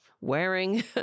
wearing